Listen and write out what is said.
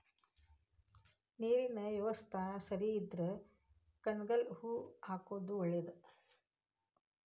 ನೇರಿನ ಯವಸ್ತಾ ಸರಿ ಇದ್ರ ಕನಗಲ ಹೂ ಹಾಕುದ ಒಳೇದ